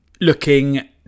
looking